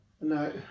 no